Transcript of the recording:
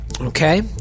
Okay